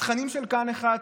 התכנים של כאן 11,